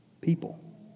people